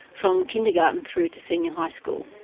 from kindergarten through to senior high school.